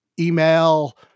email